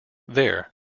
there